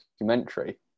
documentary